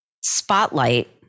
spotlight